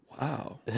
Wow